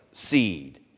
Seed